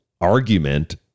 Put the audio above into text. argument